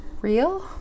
real